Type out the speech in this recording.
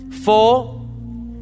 four